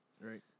Right